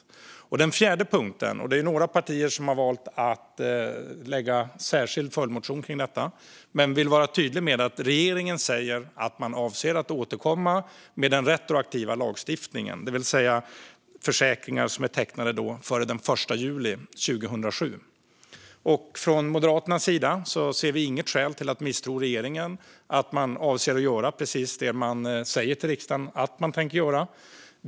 När det gäller den fjärde punkten har några partier valt att väcka en särskild följdmotion, men jag vill vara tydlig med att regeringen säger att man avser att återkomma med retroaktiv lagstiftning, det vill säga om försäkringar som är tecknade före den 1 juli 2007. Moderaterna ser inget skäl att misstro regeringen när det gäller att man avser att göra precis det som man säger till riksdagen att man tänker göra.